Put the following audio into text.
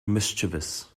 mischievous